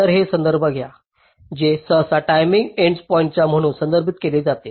तर हे संदर्भ घ्या हे सहसा टायमिंग एंडपॉइंट्स म्हणून संदर्भित केले जातात